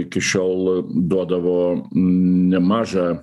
iki šiol duodavo nemažą